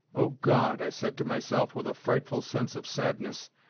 o god! i said to myself with a frightful sense of sadness,